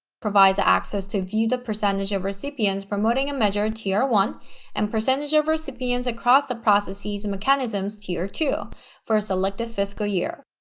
provides access to view the percentage of recipients promoting a measured tier one and percentage of recipients across the processes and mechanisms tier two for a selected fiscal year.